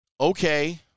Okay